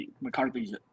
McCarthy's